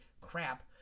crap